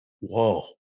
whoa